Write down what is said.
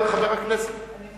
חבר הכנסת אורי אורבך רצה להעלות אבל